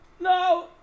No